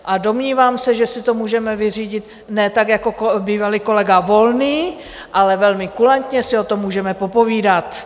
A domnívám se, že si to můžeme vyřídit ne jako bývalý kolega Volný, ale velmi kulantně si o tom můžeme popovídat.